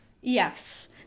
yes